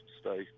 stay